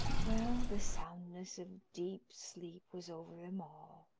well, the soundness of deep sleep was over them all,